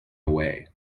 away